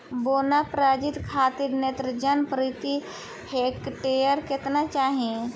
बौना प्रजाति खातिर नेत्रजन प्रति हेक्टेयर केतना चाही?